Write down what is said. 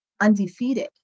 undefeated